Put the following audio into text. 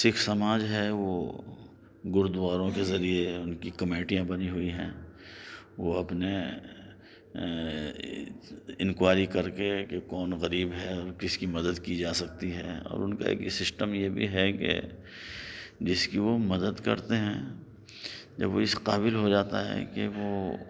سکھ سماج ہے وہ گردواروں کے ذریعے ان کی کمیٹیاں بنی ہوئی ہیں وہ اپنے انکوائری کر کے کہ کون غریب ہے کس کی مدد کی جا سکتی ہے اور ان کا سسٹم یہ بھی ہے کہ جس کی وہ مدد کرتے ہیں جب اس قابل ہو جاتا ہے کہ وہ